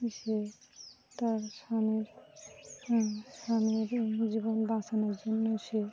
সে তার স্বামীর স্বামীর জীবন বাঁচানোর জন্য সে